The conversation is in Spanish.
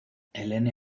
helene